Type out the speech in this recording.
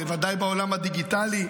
ובוודאי בעולם הדיגיטלי,